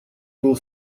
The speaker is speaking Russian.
был